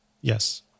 Yes